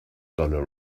dollar